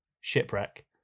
shipwreck